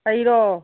ꯑꯩꯔꯣ